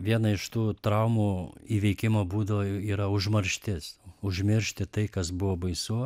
viena iš tų traumų įveikimo būdų yra užmarštis užmiršti tai kas buvo baisu